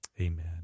amen